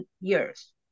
years